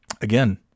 again